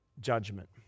judgment